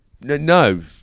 No